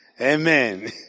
Amen